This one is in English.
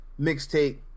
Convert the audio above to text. mixtape